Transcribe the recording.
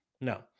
No